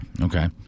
Okay